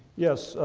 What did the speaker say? yes,